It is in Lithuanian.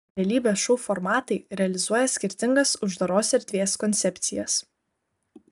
realybės šou formatai realizuoja skirtingas uždaros erdvės koncepcijas